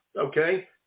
okay